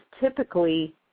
typically